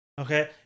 Okay